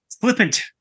flippant